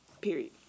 Period